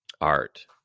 art